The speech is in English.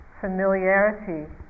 familiarity